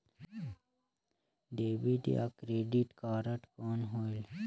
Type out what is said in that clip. Debit या credit card कौन होएल?